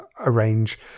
arrange